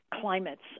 climates